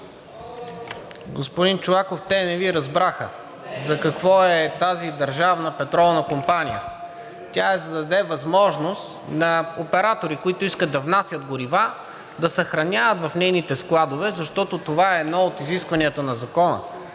Господин Чолаков, те не Ви разбраха за какво е тази Държавна петролна компания. Тя е, за да даде възможност на оператори, които искат да внасят горива, да съхраняват в нейните складове, защото това е едно от изискванията на Закона.